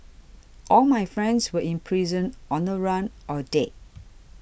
all my friends were in prison on the run or dead